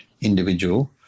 individual